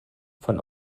von